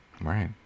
Right